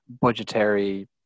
Budgetary